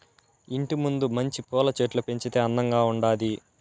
ఇంటి ముందు మంచి పూల చెట్లు పెంచితే అందంగా ఉండాది